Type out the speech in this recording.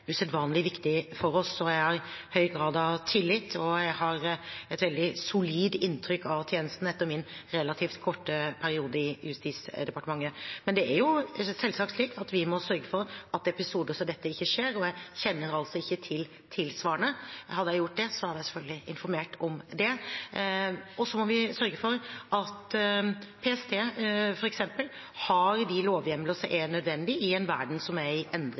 usedvanlig viktig for oss, og jeg har høy grad av tillit. Jeg har et veldig solid inntrykk av tjenestene etter min relativt korte periode i Justisdepartementet. Det er selvsagt slik at vi må sørge for at episoder som dette ikke skjer, og jeg kjenner altså ikke til tilsvarende. Hadde jeg gjort det, hadde jeg selvfølgelig informert om det. Så må vi sørge for at PST f.eks. har de lovhjemler som er nødvendige i en verden som er i endring.